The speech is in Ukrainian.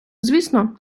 звісно